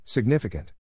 Significant